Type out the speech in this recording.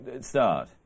start